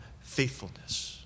faithfulness